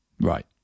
Right